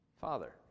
father